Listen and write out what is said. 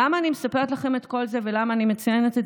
למה אני מספרת לכם את כל זה ולמה אני מציינת את זה,